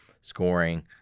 scoring